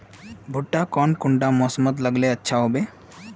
भुट्टा कौन कुंडा मोसमोत लगले अच्छा होबे?